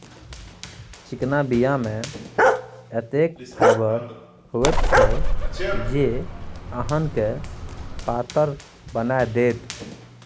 चिकना बीया मे एतेक फाइबर होइत छै जे अहाँके पातर बना देत